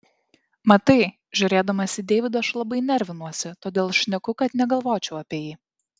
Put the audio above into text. matai žiūrėdamas į deividą aš labai nervinuosi todėl šneku kad negalvočiau apie jį